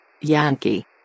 Yankee